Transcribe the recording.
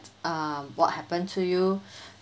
um what happened to you